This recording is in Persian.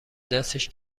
دستش